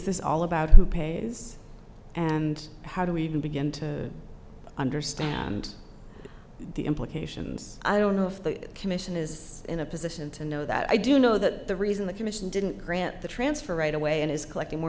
this all about who pays and how do we even begin to understand the implications i don't know if the commission is in a position to know that i do know that the reason the commission didn't grant the transfer right away and is collecting more